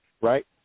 right